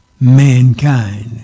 mankind